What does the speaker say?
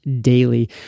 daily